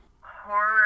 horror